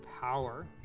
power